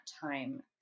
time